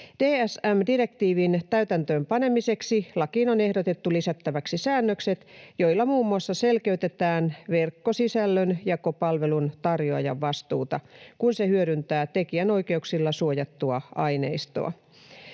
DSM-direktiivin täytäntöönpanemiseksi lakiin on ehdotettu lisättäväksi säännökset, joilla muun muassa selkeytetään verkkosisällön jakopalvelun tarjoajan vastuuta, kun se hyödyntää tekijänoikeuksilla suojattua aineistoa.